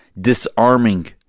disarming